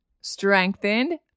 strengthened